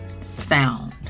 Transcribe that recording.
sound